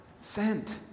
sent